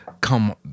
come